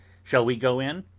shall we go in?